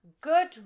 good